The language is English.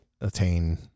attain